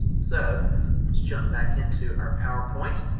so let's jump back into our power point.